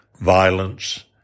violence